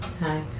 Hi